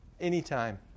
anytime